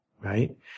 right